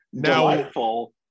delightful